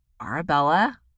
Arabella